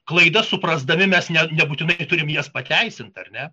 klaidas suprasdami mes ne nebūtinai turim jas pateisint ar ne